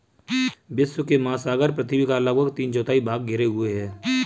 विश्व के महासागर पृथ्वी का लगभग तीन चौथाई भाग घेरे हुए हैं